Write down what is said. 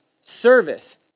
service